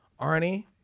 Arnie